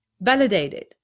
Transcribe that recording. validated